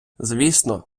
звісно